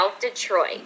detroit